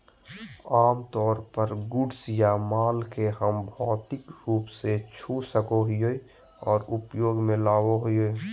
आमतौर पर गुड्स या माल के हम भौतिक रूप से छू सको हियै आर उपयोग मे लाबो हय